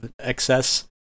excess